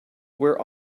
where